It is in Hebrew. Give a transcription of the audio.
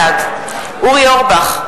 בעד אורי אורבך,